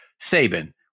Saban